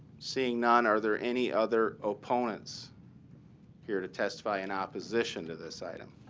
seeing none, are there any other opponents here to testify in opposition to this item?